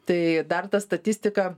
tai dar ta statistika